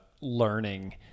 learning